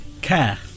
Care